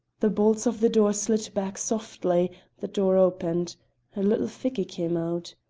the bolts of the door slid back softly the door opened a little figure came out.